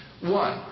One